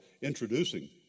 introducing